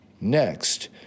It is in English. Next